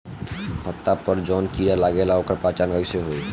पत्ता पर जौन कीड़ा लागेला ओकर पहचान कैसे होई?